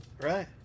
Right